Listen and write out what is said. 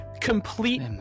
complete